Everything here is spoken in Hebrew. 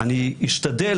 אני אשתדל,